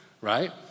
right